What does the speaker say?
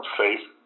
safe